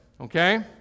okay